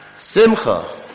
Simcha